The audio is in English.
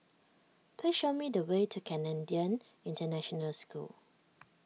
please show me the way to Canadian International School